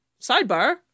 sidebar